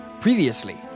Previously